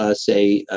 ah say, ah